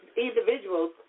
individuals